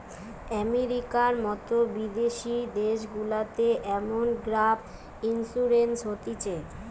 আমেরিকার মতো বিদেশি দেশগুলাতে এমন গ্যাপ ইন্সুরেন্স হতিছে